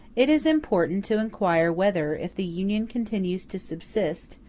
it is important to inquire whether, if the union continues to subsist,